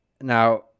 Now